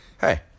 hey